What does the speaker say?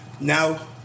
Now